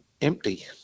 empty